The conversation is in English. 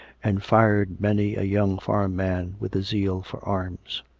and fired many a young farm-man with a zeal for arms.